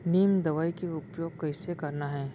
नीम दवई के उपयोग कइसे करना है?